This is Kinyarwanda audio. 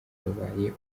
babaye